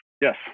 Yes